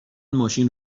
ماشین